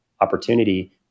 opportunity